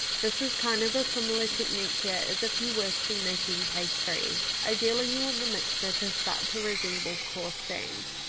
this is kind of a similar technique here as if you were to be making pastry, ideally you want the mixture to start to resemble course sand.